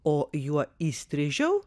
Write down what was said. o juo įstrižiau